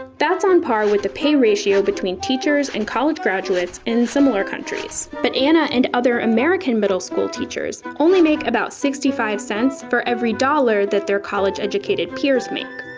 that's on par with the pay ratio between teachers and college graduates in similar countries. but anna and other american middle school teachers only make about sixty five cents for every dollar that their college-educated peers make.